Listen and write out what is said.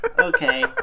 Okay